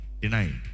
denied